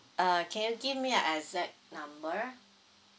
uh can you give me a exact number